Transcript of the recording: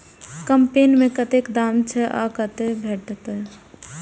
कम्पेन के कतेक दाम छै आ कतय भेटत?